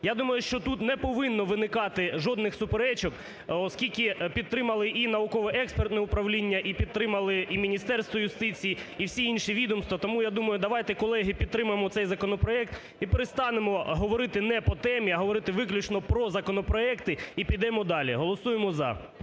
Я думаю, що тут не повинно виникати жодних суперечок, оскільки підтримали і науково-експертне управління, і підтримали і Міністерство юстиції, і всі інші відомства. Тому я думаю, давайте, колеги, підтримаємо цей законопроект і перестанемо говорити не по темі, а говорити виключно про законопроекти і підемо далі. Голосуємо "за".